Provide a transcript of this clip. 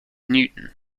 newton